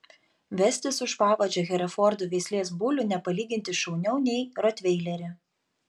vestis už pavadžio herefordų veislės bulių nepalyginti šauniau nei rotveilerį